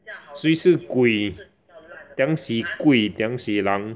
谁是鬼 tiang si gui tiang si lang